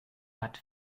watt